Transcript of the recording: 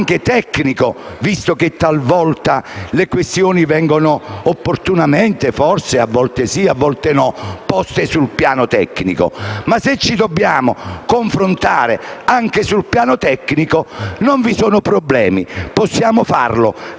anche tecnico visto che talvolta le questioni vengono opportunamente poste sul piano tecnico. Se ci dobbiamo confrontare anche sul piano tecnico, non vi sono problemi e possiamo farlo.